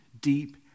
deep